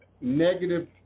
negative